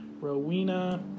Rowena